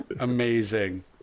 Amazing